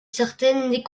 certaines